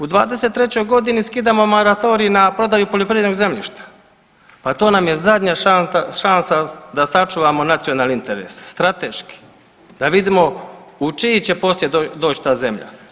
U '23.g. skidamo moratorij na prodaju poljoprivrednog zemljišta, pa to nam je zadnja šansa da sačuvamo nacionalni interes strateški, da vidimo u čiji će posjed doć ta zemlja.